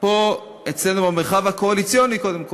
פה אצלנו במרחב הקואליציוני, קודם כול,